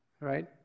right